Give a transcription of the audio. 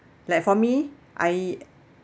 like for me I